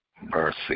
mercy